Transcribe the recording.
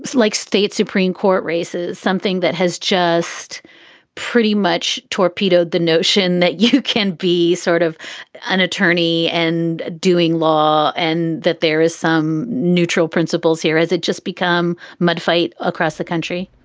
like state supreme court races, something that has just pretty much torpedoed the notion that you can't be sort of an attorney and doing law and that there is some neutral principles here? here? has it just become mud fight across the country?